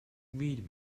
read